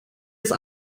ist